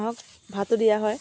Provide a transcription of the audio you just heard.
হাঁহক ভাতো দিয়া হয়